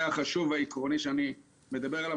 החשוב והעקרוני שאני מדבר עליו,